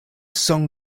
song